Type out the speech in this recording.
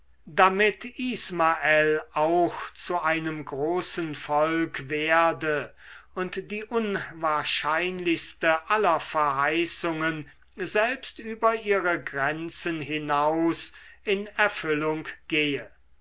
damit ismael auch zu einem großen volk werde und die unwahrscheinlichste aller verheißungen selbst über ihre grenzen hinaus in erfüllung gehe